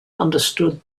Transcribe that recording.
understood